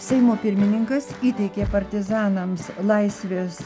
seimo pirmininkas įteikė partizanams laisvės